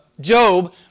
Job